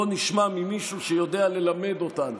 בואו נשמע ממישהו שיודע ללמד אותנו,